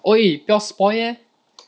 !oi! 不要 spoil leh